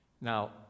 Now